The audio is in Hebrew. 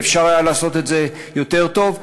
ואפשר היה לעשות את זה יותר טוב,